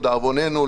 לדאבוננו,